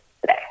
today